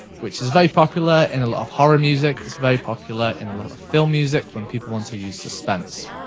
which is very popular in a lot of horror music, it's very popular in a lot of film music, when people want to use suspense.